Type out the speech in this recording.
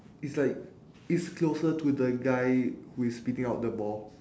it's like is closer to the guy who is spitting out the ball